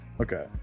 Okay